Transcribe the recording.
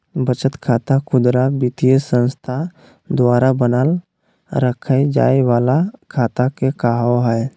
बचत खाता खुदरा वित्तीय संस्था द्वारा बनाल रखय जाय वला खाता के कहो हइ